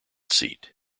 seat